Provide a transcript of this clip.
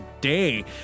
Day